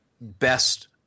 best